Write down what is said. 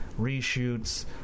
reshoots